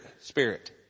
spirit